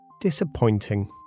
disappointing